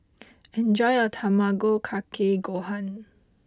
enjoy your Tamago Kake Gohan